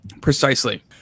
Precisely